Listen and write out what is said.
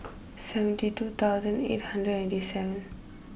seventy two thousand eight hundred eighty seven